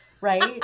Right